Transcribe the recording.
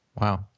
Wow